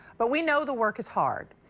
but we know the work is hard.